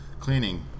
cleaning